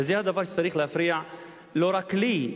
וזה דבר שצריך להפריע לא רק לי,